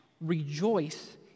Rejoice